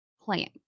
playing